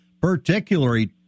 particularly